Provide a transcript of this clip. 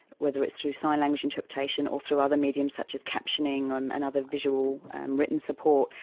whether it's through sign language interpretation or through other mediums such as captioning and other visual written support,